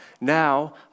now